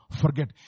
forget